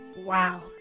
Wow